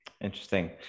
Interesting